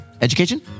Education